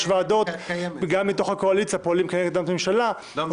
זאת סנקציה אחת.